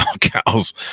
cows